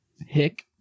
hick